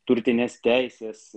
turtinės teisės